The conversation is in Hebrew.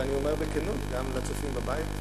ואני אומר בכנות גם לצופים בבית,